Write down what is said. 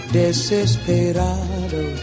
desesperado